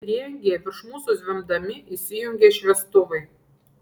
prieangyje virš mūsų zvimbdami įsijungė šviestuvai